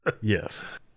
Yes